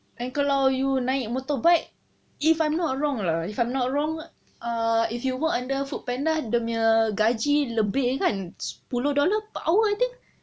and kalau you naik motorbike if I'm not wrong lah if I'm not wrong err if you work under foodpanda dia punya gaji lebih kan sepuluh dollar per hour I think